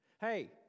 hey